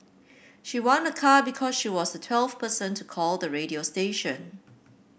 she won a car because she was the twelfth person to call the radio station